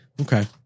Okay